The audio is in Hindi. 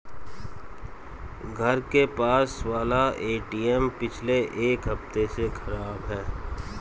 घर के पास वाला एटीएम पिछले एक हफ्ते से खराब है